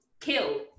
kill